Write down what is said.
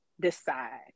decide